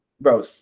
Bro